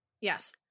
Yes